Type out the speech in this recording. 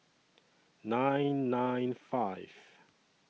nine nine five